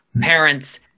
parents